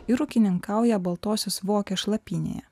ir ūkininkauja baltosios vokės šlapynėje